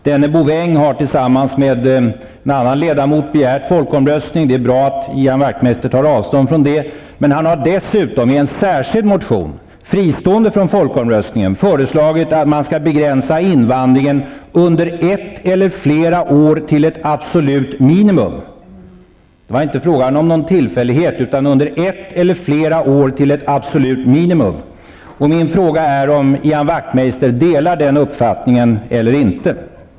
Denne Bouvin har tillsammans med en annan ledamot begärt folkomröstning. Det är bra att Ian Wachtmeister tar avstånd från det. Men han har dessutom i en särskild motion, fristående från förslaget om folkomröstningen, föreslagit att man skall begränsa invandringen under ett eller flera år till ett absolut minimum. Det var inte fråga om någon tillfällighet, utan ''under ett eller flera år till ett absolut minimum''. Min fråga är om Ian Wachtmeister delar den uppfattningen eller inte.